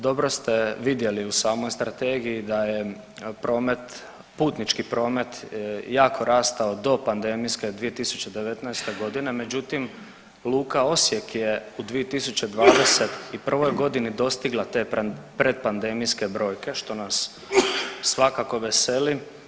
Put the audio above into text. Dobro ste vidjeli u samoj Strategiji da je promet, putnički promet jako rastao do pandemijske 2019. g., međutim, Luka Osijek je u 2021. g. dostigla te predpandemijske brojke, što nas svakako veseli.